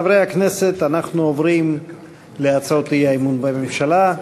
חברי הכנסת, אנחנו עוברים להצעות האי-אמון בממשלה,